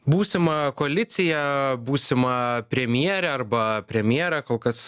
būsimą koaliciją būsimą premjerę arba premjerą kol kas